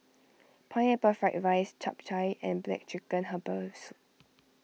Pineapple Fried Rice Chap Chai and Black Chicken Herbal Soup